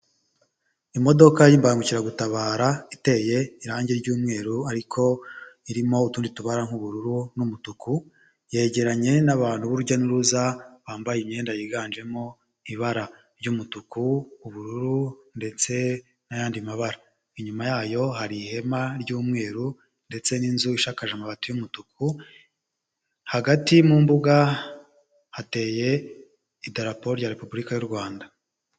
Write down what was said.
Imodoka y'imbangukiragutabara iteye irangi ry'umweru ariko irimo utundi tubara nk'ubururu n'umutuku, yegeranye n'abantu b'urujya n'uruza, bambaye imyenda yiganjemo ibara ry'umutuku, ubururu ndetse n'ayandi mabara. Inyuma yayo hari ihema ry'umweru ndetse n'inzu ishakaje amabati y'umutuku, hagati mu mbuga hateye idarapo ya Repubulika y'u Rwanda.